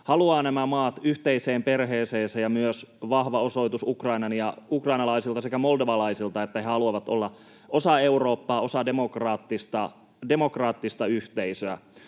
haluaa nämä maat yhteiseen perheeseensä, ja myös vahva osoitus ukrainalaisilta sekä moldovalaisilta, että he haluavat olla osa Eurooppaa, osa demokraattista yhteisöä.